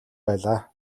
байлаа